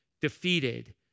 defeated